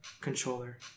controller